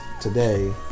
today